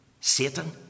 Satan